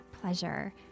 pleasure